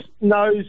knows